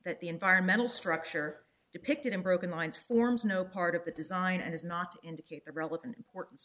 that the environmental structure depicted in broken lines forms no part of the design and is not indicate the relevant important